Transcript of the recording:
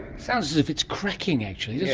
sounds as if it's cracking actually,